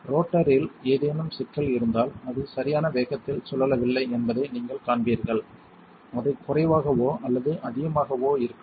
ரோட்டரில் ஏதேனும் சிக்கல் இருந்தால் அது சரியான வேகத்தில் சுழலவில்லை என்பதை நீங்கள் காண்பீர்கள் அது குறைவாகவோ அல்லது அதிகமாகவோ இருக்கலாம்